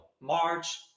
March